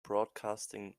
broadcasting